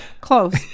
Close